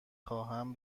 خواهم